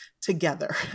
together